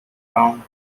town